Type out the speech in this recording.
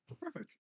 Perfect